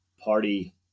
party